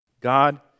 God